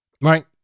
right